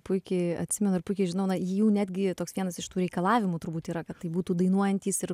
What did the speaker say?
puikiai atsimenu ir puikiai žinau na jų netgi toks vienas iš tų reikalavimų turbūt yra kad tai būtų dainuojantys ir